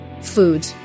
food